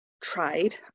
tried